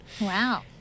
Wow